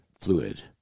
fluid